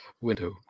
window